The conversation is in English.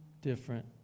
different